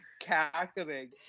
cackling